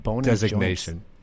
designation